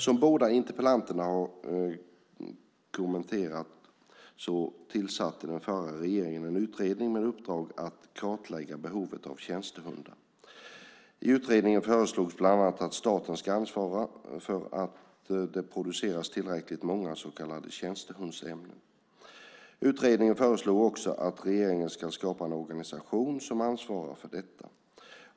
Som båda interpellanterna har kommenterat tillsatte den förra regeringen en utredning med uppdrag att kartlägga behovet av tjänstehundar. I utredningen föreslogs bland annat att staten ska ansvara för att det produceras tillräckligt många så kallade tjänstehundsämnen. Utredningen föreslog också att regeringen ska skapa en organisation som ansvarar för detta.